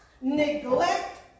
neglect